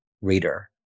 reader